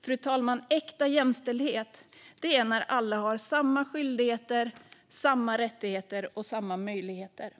Fru talman! Äkta jämställdhet är när alla har samma skyldigheter, samma rättigheter och samma möjligheter.